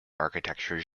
architecture